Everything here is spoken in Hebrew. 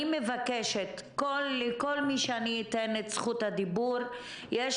אני מבקשת שכל מי שאתן לו את זכות הדיבור יהיו